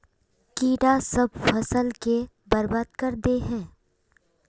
कीड़ा सब फ़सल के बर्बाद कर दे है?